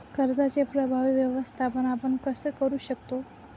कर्जाचे प्रभावी व्यवस्थापन आपण कसे करु शकतो?